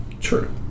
true